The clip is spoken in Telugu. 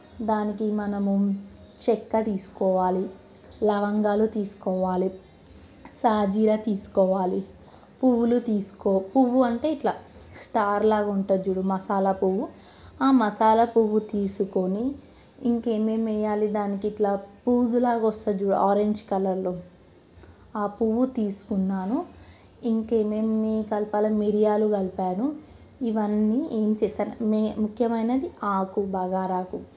దానికి మనము చెక్క తీసుకోవాలి లవంగాలు తీసుకోవాలి సాజీర తీసుకోవాలి పువ్వులు తీసుకో పువ్వు అంటే ఇట్లా స్టార్లాగా ఉంటుంది చూడు మసాలా పువ్వు ఆ మసాలా పువ్వు తీసుకొని ఇంక ఏమేమి వెయ్యాలి దానికిట్ల పూవులాగా వస్తుంది చూడు ఆరెంజ్ కలర్లో ఆ పువ్వు తీసుకున్నాను ఇంకేమేమి కలపాలని మిరియాలు కలిపాను ఇవన్నీ ఏం చేసాను ఏం ఏం ముఖ్యమైనది ఆకు బగారాకు